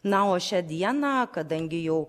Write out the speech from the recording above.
na o šią dieną kadangi jau